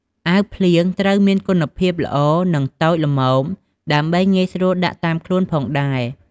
អាវភ្លៀងត្រូវមានគុណភាពល្អនិងតូចល្មមដើម្បីងាយស្រួលដាក់តាមខ្លួនផងដែរ ។